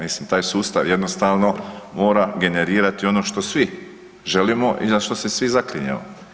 Mislim taj sustav jednostavno mora generirati ono što svi želimo i na što se svi zaklinjemo.